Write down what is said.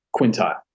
quintile